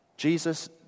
Jesus